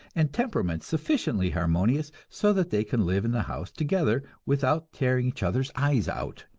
and temperaments sufficiently harmonious so that they can live in the house together without tearing each other's eyes out.